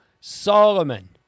Solomon